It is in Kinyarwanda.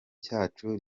cyacu